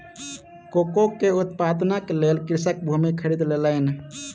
cocoa के उत्पादनक लेल कृषक भूमि खरीद लेलैन